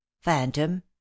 phantom